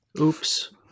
Oops